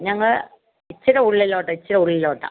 ഞങ്ങൾ ഇച്ചിര ഉള്ളിലോട്ടാ ഇച്ചിര ഉള്ളിലോട്ടാ